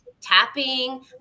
tapping